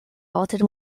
halted